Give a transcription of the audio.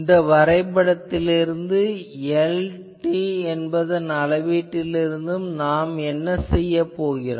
இந்த வரைபடத்திலிருந்தும் Lr என்பதன் அளவீட்டிலிருந்தும் என்ன செய்யப் போகிறோம்